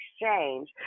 exchange